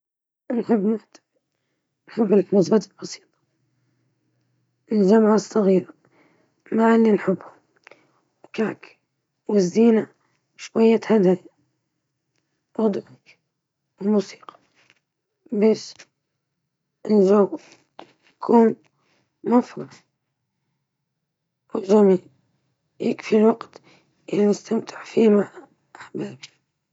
أحب الاحتفال بعيد ميلادي بطريقة بسيطة وجمعتها مع أحبائي، عادة بتجمع عائلي أو سهرة مع الأصدقاء.